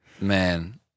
Man